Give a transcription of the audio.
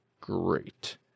great